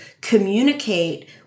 communicate